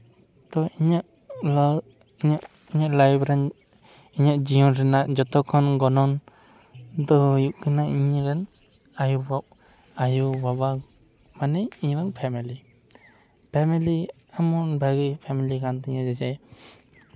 ᱛᱚ ᱤᱧᱟᱹᱜ ᱤᱧᱟᱹᱜ ᱞᱟ ᱞᱟᱭᱤᱯᱷ ᱨᱮᱱ ᱤᱧᱟᱹᱜ ᱡᱤᱭᱚᱱ ᱨᱮᱱᱟᱜ ᱡᱚᱛᱚᱠᱷᱚᱱ ᱜᱚᱱᱚᱝ ᱫᱚ ᱦᱩᱭᱩᱜ ᱠᱟᱱᱟ ᱤᱧ ᱨᱮᱱ ᱟᱭᱳ ᱵᱟ ᱟᱭᱳᱼᱵᱟᱵᱟ ᱢᱟᱱᱮ ᱤᱧ ᱨᱮᱱ ᱯᱷᱮᱢᱮᱞᱤ ᱯᱷᱮᱢᱮᱞᱤ ᱮᱢᱚᱱ ᱵᱷᱟᱹᱜᱤ ᱯᱷᱮᱢᱮᱞᱤ ᱠᱟᱱ ᱛᱤᱧᱟ ᱡᱮ